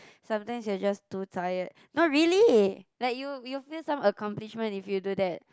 sometimes it's just too tired no really like you you feel some accomplishment if you do that